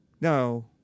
No